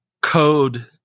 code